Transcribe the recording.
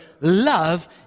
love